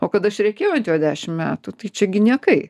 o kad aš rėkiu ant jo dešimt metų tai čia gi niekai